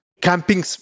Camping